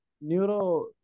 neuro